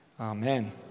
Amen